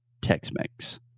tex-mex